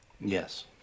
Yes